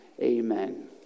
Amen